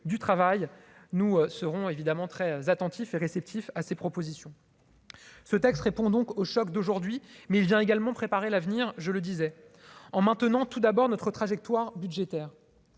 du travail, nous serons évidemment très attentif et réceptif à ces propositions, ce texte répond donc aux chocs d'aujourd'hui, mais il vient également préparer l'avenir, je le disais en maintenant tout d'abord notre trajectoire budgétaire,